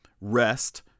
rest